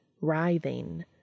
writhing